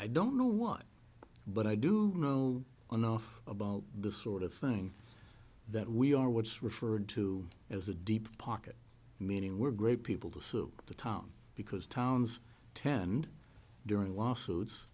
i don't know what but i do know enough about this sort of thing that we are what's referred to as a deep pocket meaning we're great people to sue the town because towns tend during